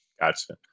gotcha